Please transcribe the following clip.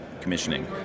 commissioning